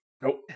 Nope